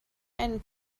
einen